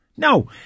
No